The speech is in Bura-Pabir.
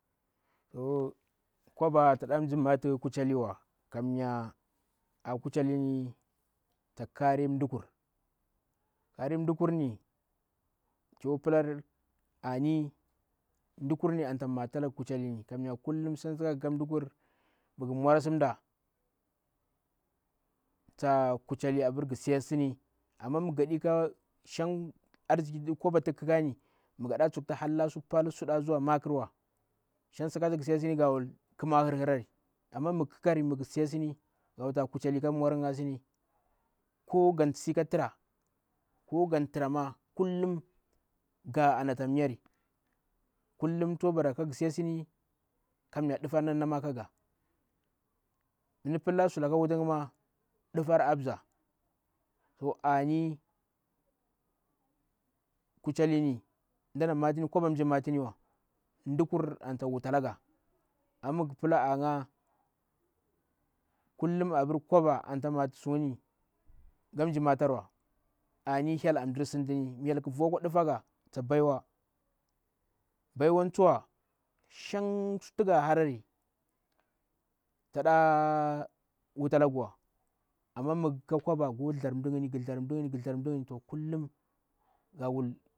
Kobata mshji matu kuchelli wa kammya a kuchelli ta ka rin mdu kur, karin mdukur ni to plarar ani mdukurni anta matalaga kuchelikurni kammya ani kullum sak tha gakka mudukur mighu mwa asi mda ta kuchelli abur ghise asini. Amma mighadika shang koba arziki tu gahika ni mighaɗa mshiji halla su pal suɗa zuwa makrwa, shang sakatu ghisesini gawuti kma hurhurari. Amma mighu khikari mighuseini gawuti ta kuchelli ka nawarin ga asini. Ko gansi ka tra ko gan tra ma gawuti ga anta myari, kullum to bara kaghseisini kammya nɗufari nammama kaga. Mi mda pillah suka wufi gha nɗufar aa mdza to ani; kuchellini koba namshji matuniwa mdu kur anta wutalgha. Amma mi ghupla aangha kullum koba anta matu sungni gam mshji matarwa. Ani hyel an mɗursintini, mi hyel khi voaka nɗu fagha ta baiwa. Baiwar tsuwa shang sutu ga harari la ɗa wutalagwa. Amma mighu ƙa koba ghu thzdjar mda ngni ghu thzdjar mda ngni kullum gawul.